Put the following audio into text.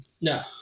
No